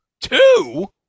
Two